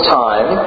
time